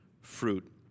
fruit